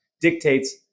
dictates